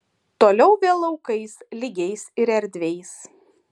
toliau vėl laukais lygiais ir erdviais